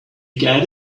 get